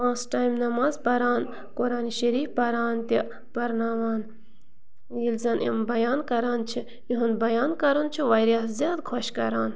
پانٛژھ ٹایم نٮ۪ماز پَران قرآنہِ شریٖف پَران تہِ پَرناوان ییٚلہِ زَن یِم بیان کَران چھِ یِہُنٛد بیان کَرُن چھُ واریاہ زیادٕ خوش کَران